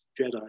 Jedi